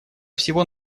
всего